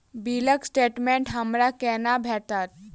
बिलक स्टेटमेंट हमरा केना भेटत?